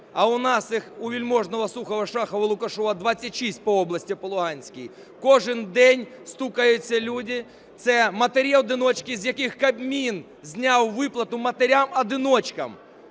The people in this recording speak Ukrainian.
а у нас їх (у Вельможного, Сухова, Шахова, Лукашева) 26 по області по Луганській кожен день стукають люди. Це матері-одиночки, з яких Кабмін зняв виплату матерям-одиночкам.